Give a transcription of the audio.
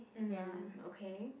um okay